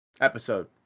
episode